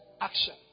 action